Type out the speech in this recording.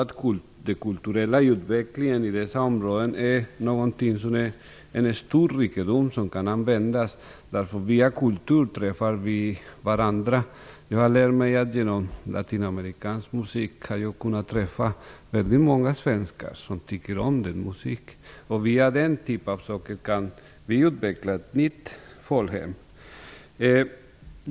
Den kulturella utvecklingen i dessa områden är en stor rikedom som kan användas. Via kultur träffar vi varandra. Jag har genom latinamerikansk musik kunnat träffa väldigt många svenskar som tycker om den musiken. Via den typen av saker kan vi utveckla ett nytt folkhem.